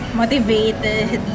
motivated